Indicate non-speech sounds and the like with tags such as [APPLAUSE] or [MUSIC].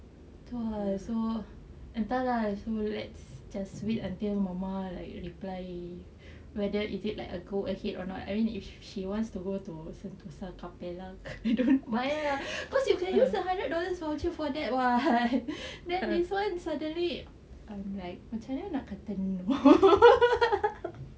so entah lah so let's just wait until mama like reply whether is it like a go ahead or not I mean if she wants to go to sentosa capella I don't mind lah cause you can use the hundred dollars voucher for that [what] then this [one] suddenly I'm like cam mana nak kata no [LAUGHS]